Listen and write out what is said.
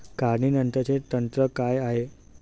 काढणीनंतरचे तंत्र काय आहे?